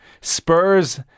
Spurs